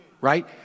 right